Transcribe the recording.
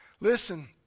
Listen